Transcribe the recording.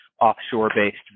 offshore-based